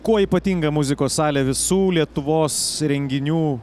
kuo ypatinga muzikos salė visų lietuvos renginių